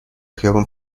خیابون